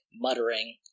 muttering